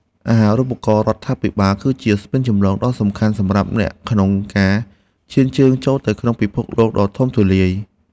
អាហារូបករណ៍រដ្ឋាភិបាលគឺជាស្ពានចម្លងដ៏សំខាន់សម្រាប់អ្នកក្នុងការឈានជើងចូលទៅក្នុងពិភពលោកដ៏ធំទូលាយ។